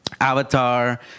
Avatar